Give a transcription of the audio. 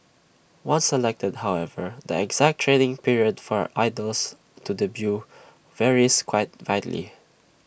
once selected however the exact training period for idols to debut varies quite widely